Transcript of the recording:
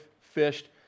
fished